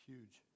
Huge